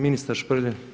Ministar Šprlje.